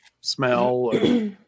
smell